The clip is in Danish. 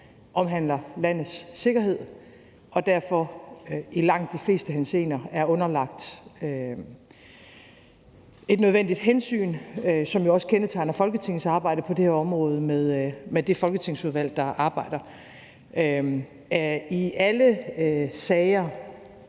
omhandler landets sikkerhed og derfor i langt de fleste henseender er underlagt et nødvendigt hensyn, hvilket jo også kendetegner Folketingets arbejde på det her område med det folketingsudvalg, der arbejder. I alle sager,